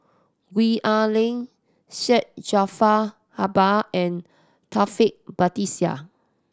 Gwee Ah Leng Syed Jaafar Albar and Taufik Batisah